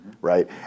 right